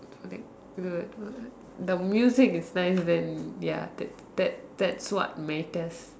like the music is nice then ya that that's that's what matters